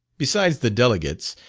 besides the delegates,